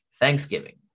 Thanksgiving